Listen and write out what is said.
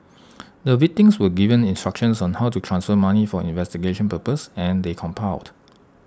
the victims were given instructions on how to transfer money for investigation purposes and they complied